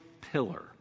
pillar